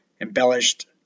embellished